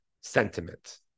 sentiment